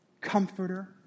comforter